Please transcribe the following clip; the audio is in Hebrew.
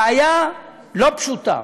בעיה לא פשוטה.